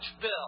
bill